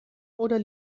oder